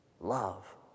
Love